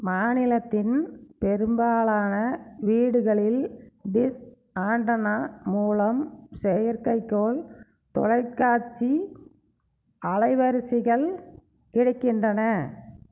மாநிலத்தின் பெரும்பாலான வீடுகளில் டிஷ் ஆண்டெனா மூலம் செயற்கைக்கோள் தொலைக்காட்சி அலைவரிசைகள் கிடைக்கின்றன